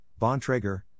Bontrager